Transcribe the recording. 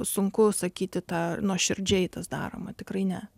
sunku sakyti tą nuoširdžiai tas daroma tikrai ne